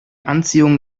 anziehung